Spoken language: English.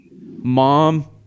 Mom